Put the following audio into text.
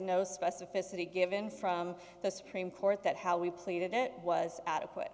no specificity given from the supreme court that how we played it was adequate